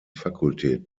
fakultät